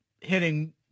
hitting